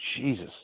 Jesus